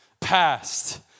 Past